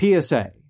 PSA